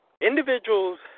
Individuals